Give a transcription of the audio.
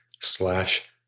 slash